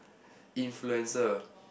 influencer